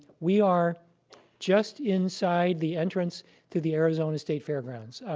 we are just inside the entrance to the arizona state fairgrounds,